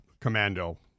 commando